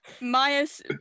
Maya's